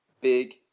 big